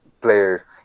player